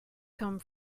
come